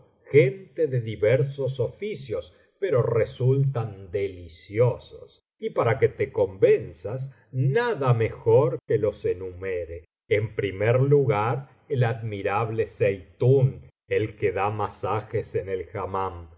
gente de diversos oficios pero resultan deliciosos y para que te convenzas nada mejor que los enumere en primer lugar el admirable zeitún el que da masaje en el